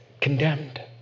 condemned